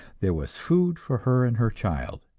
there was food for her and her child.